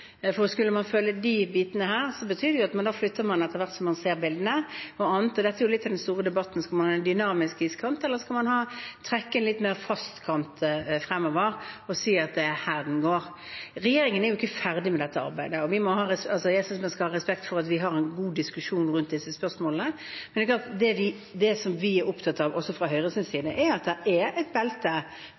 for skulle man følge de bitene her, betyr det at man da flytter etter hvert som man ser bildene. Dette er jo litt av den store debatten: Skal man ha en dynamisk iskant, eller skal man trekke en litt mer fast kant fremover og si at det er her den går? Regjeringen er ikke ferdig med dette arbeidet, og jeg synes man skal ha respekt for at vi har en god diskusjon rundt disse spørsmålene. Men det er klart at det vi er opptatt av også fra Høyres side, er at det er et belte